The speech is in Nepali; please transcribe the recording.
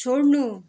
छोड्नु